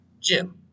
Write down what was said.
Jim